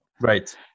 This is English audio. right